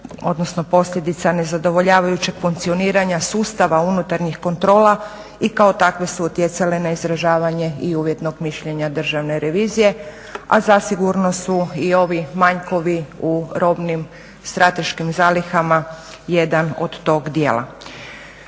odnosno posljedica nezadovoljavajućeg funkcioniranja sustava unutarnjih kontrola i kao takve su utjecale na izražavanje i uvjetnog mišljenja državne revizije a zasigurno su i ovi manjkovi u robnim strateškim zalihama jedan od tog djela.